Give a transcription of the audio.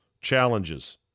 challenges